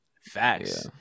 Facts